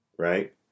right